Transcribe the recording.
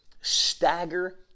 stagger